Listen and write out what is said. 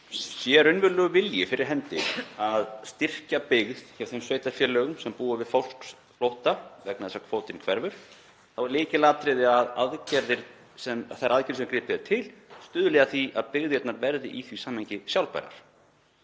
Sé raunverulegur vilji fyrir hendi að styrkja byggð hjá þeim sveitarfélögum sem búa við fólksflótta vegna þess að kvótinn hefur horfið þá er lykilatriði að þær aðgerðir sem gripið er til stuðli að því að byggðirnar verði í því samhengi sjálfbærar.